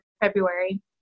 February